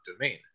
domain